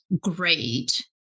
great